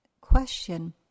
question